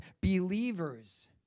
believers